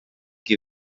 qui